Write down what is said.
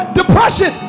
depression